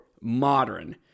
modern